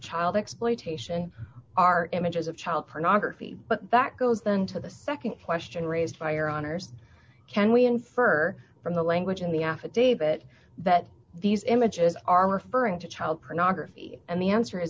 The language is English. child exploitation are images of child pornography but that goes then to the nd question raised by your honour's can we infer from the language in the affidavit that these images are referring to child pornography and the answer is